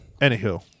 anywho